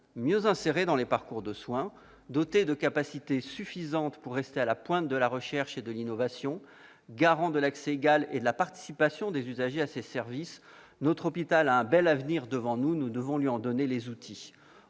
Mieux inséré dans les parcours de soins, doté de capacités suffisantes pour rester à la pointe de la recherche et de l'innovation, garant de l'accès égal et de la participation des usagers à ses services, notre hôpital a un bel avenir devant lui ; nous devons lui en donner les outils.